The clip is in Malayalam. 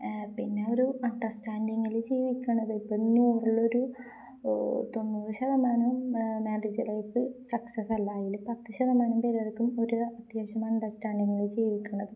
പിന്നെ ഒരു അണ്ടർസ്റ്റാൻഡിങ്ങില് ജീവിക്കണത് ഇപ്പം നൂറിലൊരു തൊണ്ണൂറ് ശതമാനം മാര്ാരേജ് ലൈഫ് സക്സസ് അല്ല അയില് പത്ത് ശതമാനം പേരർക്കും ഒരു അത്യാവശ്യം അണ്ടർസ്റ്റാൻഡിങ്ങില് ജീവിക്കണത്